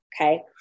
Okay